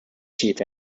chief